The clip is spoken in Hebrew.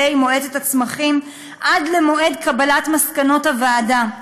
מועצת הצמחים עד למועד קבלת מסקנות הוועדה.